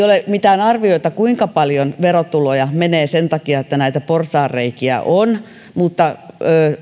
ole mitään arvioita siitä kuinka paljon verotuloja menee sen takia että näitä porsaanreikiä on mutta